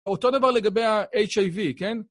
אותו דבר לגבי ה-HIV, כן?